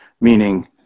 meaning